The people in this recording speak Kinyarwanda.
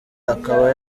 akaba